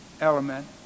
element